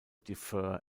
differ